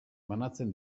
banatzen